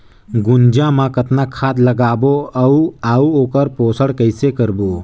गुनजा मा कतना खाद लगाबो अउ आऊ ओकर पोषण कइसे करबो?